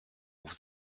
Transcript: vous